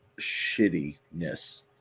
shittiness